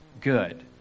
good